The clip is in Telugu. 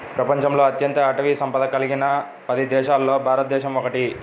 ప్రపంచంలో అత్యంత అటవీ సంపద కలిగిన పది దేశాలలో భారతదేశం ఒకటి